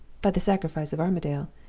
by the sacrifice of armadale,